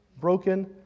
broken